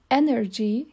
energy